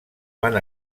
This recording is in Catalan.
van